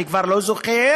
אני כבר לא זוכר,